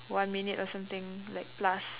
one minute or something like plus